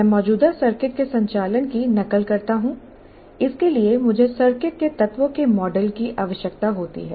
मैं मौजूदा सर्किट के संचालन की नकल करता हूं इसके लिए मुझे सर्किट के तत्वों के मॉडल की आवश्यकता होती है